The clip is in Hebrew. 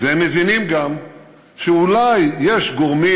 והם מבינים גם שאולי יש גורמים,